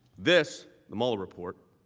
this, the mueller report